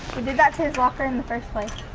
we did that to his locker in the first place.